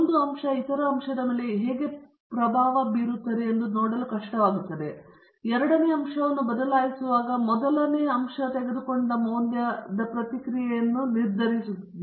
ಒಂದು ಅಂಶವು ಇತರ ಅಂಶವನ್ನು ಪ್ರಭಾವಿಸುತ್ತದೆ ನೀವು ಎರಡನೇ ಅಂಶವನ್ನು ಬದಲಾಯಿಸುವಾಗ ಮೊದಲ ಅಂಶವು ತೆಗೆದುಕೊಂಡ ಮೌಲ್ಯವು ಪ್ರತಿಕ್ರಿಯೆಯನ್ನು ನಿರ್ಧರಿಸುತ್ತದೆ